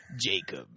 Jacob